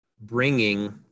bringing